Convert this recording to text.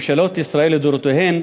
ממשלות ישראל לדורותיהן,